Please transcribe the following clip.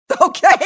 Okay